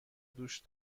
دوش